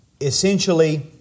essentially